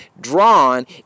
drawn